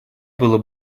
было